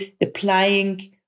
applying